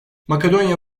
makedonya